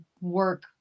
work